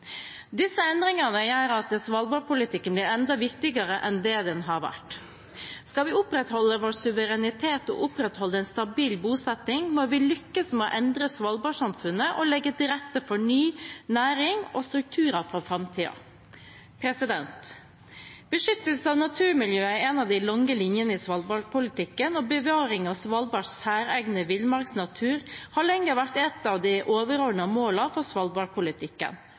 Disse endringene gjør at Svalbard-politikken blir enda viktigere enn den har vært. Skal vi opprettholde vår suverenitet og opprettholde en stabil bosetting, må vi lykkes med å endre Svalbard-samfunnet og legge til rette for nye næringer og strukturer for framtiden. Beskyttelse av naturmiljøet er en av de lange linjene i Svalbard-politikken, og bevaring av Svalbards særegne villmarksnatur har lenge vært et av de overordnede målene for